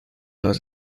los